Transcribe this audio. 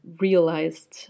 realized